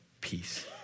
peace